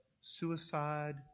suicide